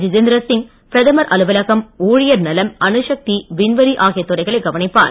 ஜிதேந்திரசிங் பிரதமர் அலுவலகம் ஊழியர் நலம் அணுசக்தி விண்வெளி ஆகிய துறைகளை கவனிப்பார்